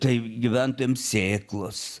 tai gyventojam sėklos